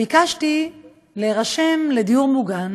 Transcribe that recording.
ביקשתי להירשם לדיור מוגן